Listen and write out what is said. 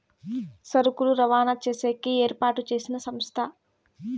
సరుకులు రవాణా చేసేకి ఏర్పాటు చేసిన సంస్థ